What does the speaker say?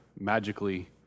magically